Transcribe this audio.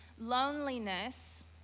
loneliness